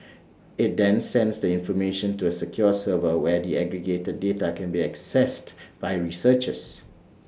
IT then sends the information to A secure server where the aggregated data can be assessed by researchers